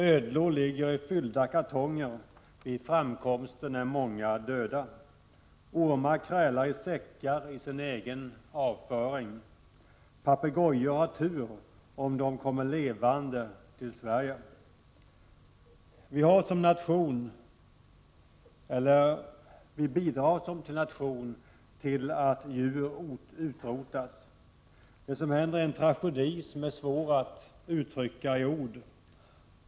Ödlor ligger i fyllda kartonger; vid framkomsten är många döda. Ormar krälar i säckar i sin egen avföring. Papegojor har tur om de kommer levande till Sverige. Som nation bidrar vi till att djur utrotas. Det som händer är en tragedi som inte går att uttrycka i ord.